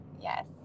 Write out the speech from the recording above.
Yes